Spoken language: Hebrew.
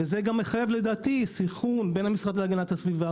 וזה גם מחייב לדעתי סנכרון בין המשרד להגנת הסביבה,